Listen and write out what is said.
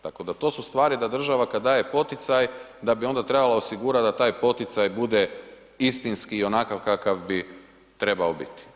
Tako da, to su stvari da država kada daje poticaj da bi onda trebala osigurati da taj poticaj bude istinski i onakav kakav bi trebao biti.